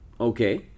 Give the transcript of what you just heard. Okay